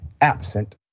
absent